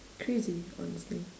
crazy honestly